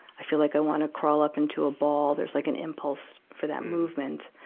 i feel like i wanna curl up into a ball. there's like an impulse for that movement.